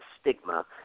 stigma